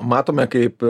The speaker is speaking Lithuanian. matome kaip